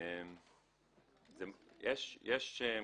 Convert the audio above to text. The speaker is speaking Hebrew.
יש כיוונים.